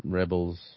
rebels